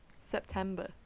September